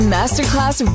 Masterclass